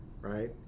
right